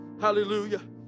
Hallelujah